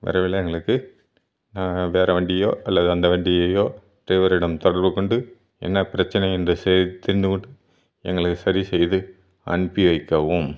வரவில்லை எங்களுக்கு நாங்கள் வேற வண்டியோ அல்லது அந்த வண்டியையோ ட்ரைவரிடம் தொடர்புக் கொண்டு என்ன பிரச்சனை என்ற சேதி தெரிந்துக்கொண்டு எங்களுக்கு சரிசெய்து அனுப்பி வைக்கவும்